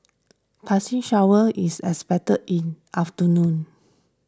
passing showers is expected in afternoon